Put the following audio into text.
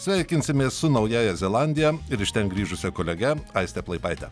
sveikinsimės su naująja zelandija ir iš ten grįžusia kolege aiste plaipaite